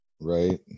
right